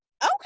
Okay